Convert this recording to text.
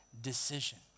decision